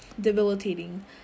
debilitating